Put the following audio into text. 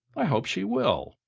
i hope she will!